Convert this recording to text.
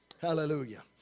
Hallelujah